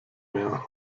mehr